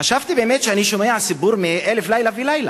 חשבתי שאני באמת שומע סיפור מ"אלף לילה ולילה".